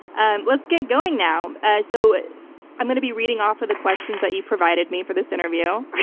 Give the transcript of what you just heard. and let's get going now. ah so i'm going to be reading off of the questions that you provided me for this interview. i'm